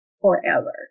forever